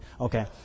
Okay